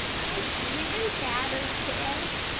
my dranfadder says,